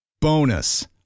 Bonus